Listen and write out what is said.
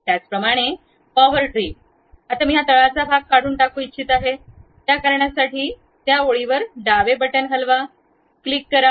त्याचप्रमाणे power trim आता मी हा तळाचा भाग काढून टाकू इच्छित आहे त्या कारणासाठी त्या ओळीवर डावे बटण हलवा क्लिक करा